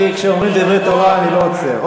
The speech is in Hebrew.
כשאומרים דברי תורה אני לא עוצר.